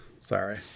sorry